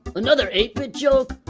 another eight bit joke?